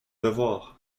revoir